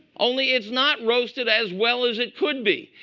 only it's not roasted as well as it could be.